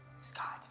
Scott